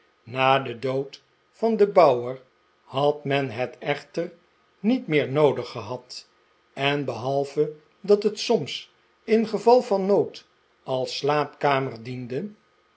na den dood van den bouwer had men het echter niet meer noodig gehad en behalve dat het soms in geval van nood als slaapkamer diende